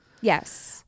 Yes